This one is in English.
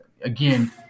again